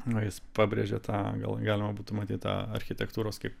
na jis pabrėžė tą gal galima būtų matyt tą architektūros kaip